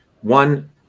One